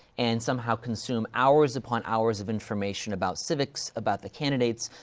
and somehow consume hours upon hours of information about civics, about the candidates,